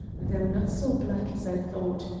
though not so black as i thought.